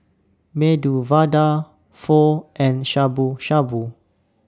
Medu Vada Pho and Shabu Shabu